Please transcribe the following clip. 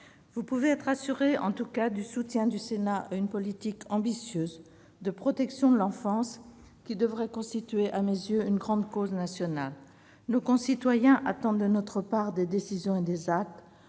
tout cas être assuré du soutien du Sénat à une politique ambitieuse de protection de l'enfance qui devrait constituer, à mes yeux, une grande cause nationale. Nos concitoyens attendent de notre part des décisions et des actes.